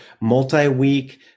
multi-week